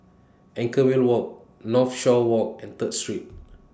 Anchorvale Walk Northshore Walk and Third Street